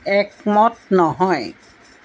একমত নহয়